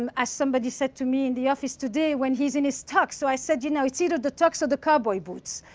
um as somebody said to me in the office today, when he's in his tux, so i said, you know, it's either the tux or the cowboy boots.